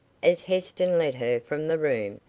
as heston led her from the room,